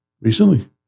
recently